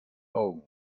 augen